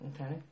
Okay